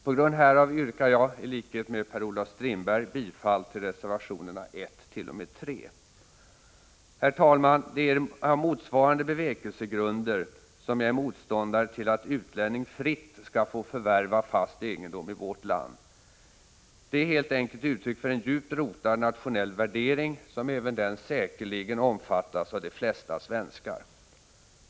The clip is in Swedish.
På grund härav yrkar jag, i likhet med Per-Olof Strindberg, bifall till reservationerna 1-3. Herr talman! Det är på motsvarande bevekelsegrunder som jag är motståndare till att utlänning fritt skall få förvärva fast egendom i vårt land. Det är helt enkelt uttryck för en djupt rotad nationell värdering, som även den säkerligen omfattas av de flesta svenskar.